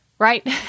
right